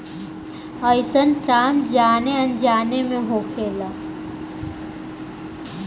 अइसन काम जाने अनजाने मे होखेला